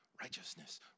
righteousness